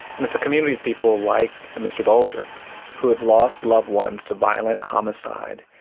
and it's a community of people like mr bulger who have lost loved ones to violent homicide.